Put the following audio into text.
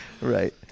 Right